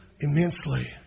immensely